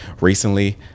recently